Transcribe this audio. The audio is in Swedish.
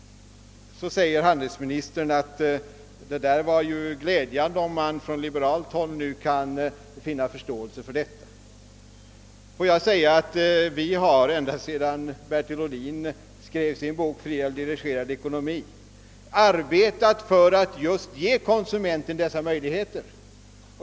Så säger handelsministern att det är glädjande, om man på liberalt håll kan finna förståelse för detta. Ja, vi har ända sedan Bertil Ohlin skrev sin bok »Fri eller dirigerad ekonomi» arbetat just för att ge konsumenten sådana möjligheter.